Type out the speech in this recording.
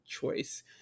choice